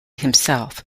himself